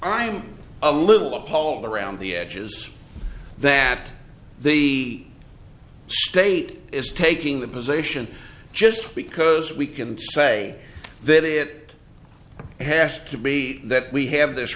i'm a little appalled around the edges that the state is taking the position just because we can say that it has to be that we have this